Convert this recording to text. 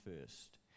first